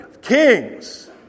kings